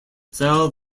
sal